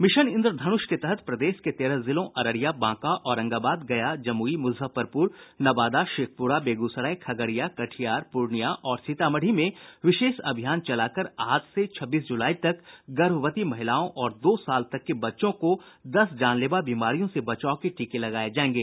mission Indradhanush के तहत प्रदेश के तेरह जिलों अररिया बांका औरंगाबाद गया जमुई मुजफ्फरपुर नवादा शेखपुरा बेगूसराय खगड़िया कटिहार पूर्णियां और सीतामढ़ी में विशेष अभियान चलाकर आज से छब्बीस जुलाई तक गर्भवती महिलाओं और दो साल तक के बच्चों को दस जानलेवा बीमारियों से बचाव के टीके लगाये जायेंगे